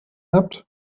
habt